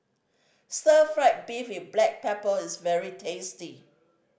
Stir Fry beef with black pepper is very tasty